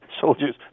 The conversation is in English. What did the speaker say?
soldiers